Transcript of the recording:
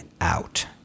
out